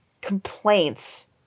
complaints